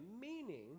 meaning